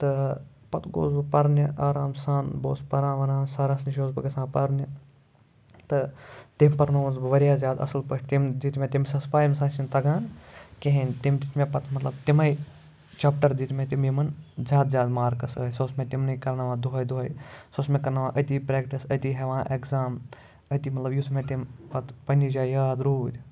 تہٕ پَتہٕ گوس بہٕ پَرنہِ آرام سان بہٕ اوسُس پَران وَران سَرَس نِش اوسُس بہٕ گژھان پَرنہِ تہٕ تٔمۍ پَرنووُس بہٕ واریاہ زیادٕ اَصٕل پٲٹھۍ تٔمۍ دِتۍ مےٚ تٔمِس ٲسۍ پَے أمِس نہ چھِنہٕ تگان کِہیٖنۍ تٔمۍ دِتۍ مےٚ پَتہٕ مطلب تِمَے چَپٹَر دِتۍ مےٚ تِم یِمَن زیادٕ زیادٕ مارکٕس ٲسۍ سُہ اوس مےٚ تِمنٕے کَرناوان دوٚہَے دوٚہَے سُہ اوس مےٚ کَرناوان أتی پرٛٮ۪کٹِس أتی ہٮ۪وان اٮ۪کزام أتی مطلب یُس مےٚ تمہِ پَتہٕ پنٛنہِ جایہِ یاد روٗدۍ